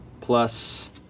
plus